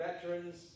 veterans